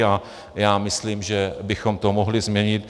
A já myslím, že bychom to mohli změnit.